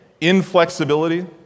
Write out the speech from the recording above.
Inflexibility